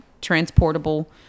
transportable